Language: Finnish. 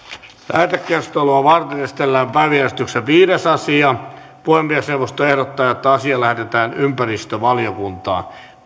lähetekeskustelua varten esitellään päiväjärjestyksen viides asia puhemiesneuvosto ehdottaa että asia lähetetään ympäristövaliokuntaan